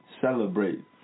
celebrate